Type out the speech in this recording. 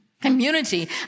community